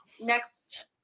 Next